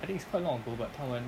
I think it's quite long ago but 他们